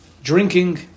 Drinking